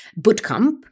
bootcamp